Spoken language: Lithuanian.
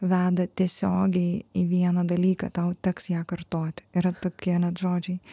veda tiesiogiai į vieną dalyką tau teks ją kartoti yra tokie net žodžiai